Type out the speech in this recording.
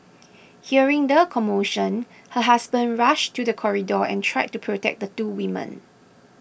hearing the commotion her husband rushed to the corridor and tried to protect the two women